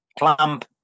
clamp